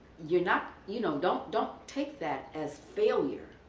you're not, you know, don't don't take that as failure.